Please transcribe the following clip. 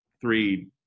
three